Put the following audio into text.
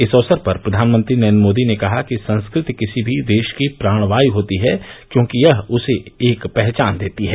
इस अवसर पर प्रधानमंत्री नरेन्द्र मोदी ने कहा कि संस्कृति किसी भी देश की प्राण वायू होती है क्योंकि यह उसे एक पहचान देती है